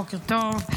בוקר טוב.